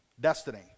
Destiny